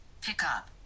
pickup